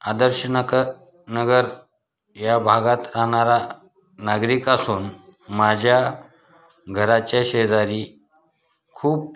आदर्शनाक नगर या भागात राहणारा नागरिक असून माझ्या घराच्या शेजारी खूप